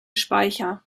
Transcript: speicher